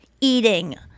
eating